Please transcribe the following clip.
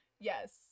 yes